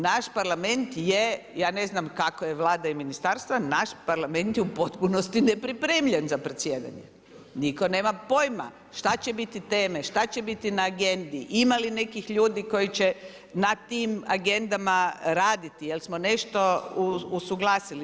Naš Parlament je ja ne znamo kako je Vlada i ministarstva, naš Parlament je u potpunosti nepripremljen za predsjedanje, nitko nema pojma šta će biti teme, šta će biti na agendi, imali nekih ljudi koji će na tim agendama raditi, jel' smo nešto usuglasili.